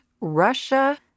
Russia